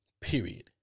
period